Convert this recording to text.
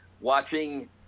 watching